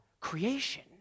Creation